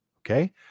Okay